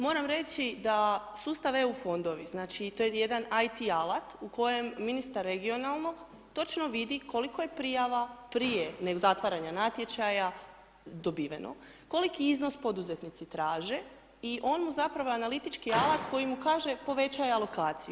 Moram reći da sustav EU fondovi, znači, to je jedan IT alat u kojem ministar regionalnog točno vidi koliko je prijava prije nego zatvaranja natječaja, dobiveno, koliki iznos poduzetnici traže i on mu zapravo analitički alat koji mu kaže, povećaj alokaciju.